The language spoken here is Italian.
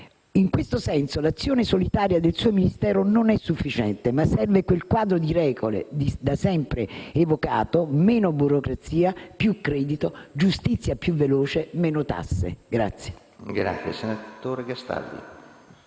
In questo senso, l'azione solitaria del suo Ministero non è sufficiente, ma serve quel quadro di regole da sempre evocato: meno burocrazia, più credito, giustizia più veloce, meno tasse.